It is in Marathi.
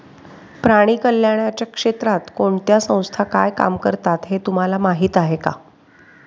प्राणी कल्याणाच्या क्षेत्रात कोणत्या संस्था काय काम करतात हे तुम्हाला माहीत आहे का?